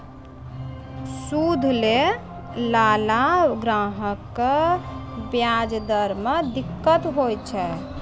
सूद लैय लाला ग्राहक क व्याज दर म दिक्कत होय छै